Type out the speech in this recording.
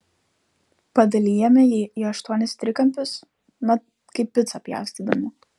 padalijame jį į aštuonis trikampius na kaip picą pjaustydami